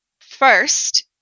first